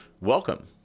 welcome